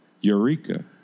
eureka